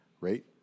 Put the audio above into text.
rate